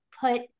put